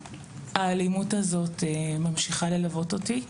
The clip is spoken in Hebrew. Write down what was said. האלימות הזאת ממשיכה ללוות אותי,